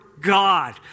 God